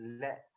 let